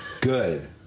Good